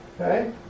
okay